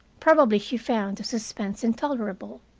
probably she found the suspense intolerable.